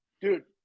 dude